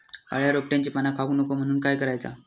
अळ्या रोपट्यांची पाना खाऊक नको म्हणून काय करायचा?